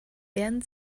wären